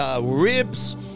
ribs